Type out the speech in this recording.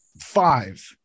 Five